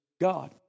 God